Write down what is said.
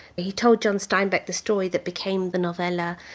but he told john steinbeck the story that became the novella,